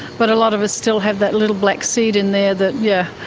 but a lot of us still have that little black seed in there that, yeah,